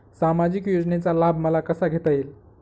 सामाजिक योजनेचा लाभ मला कसा घेता येईल?